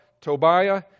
Tobiah